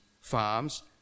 farms